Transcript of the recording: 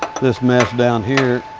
this mess down here,